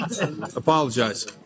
Apologize